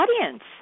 audience